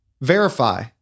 Verify